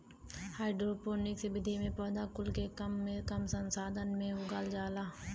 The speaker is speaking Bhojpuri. हाइड्रोपोनिक्स विधि में पौधा कुल के कम से कम संसाधन में उगावल जाला